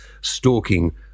stalking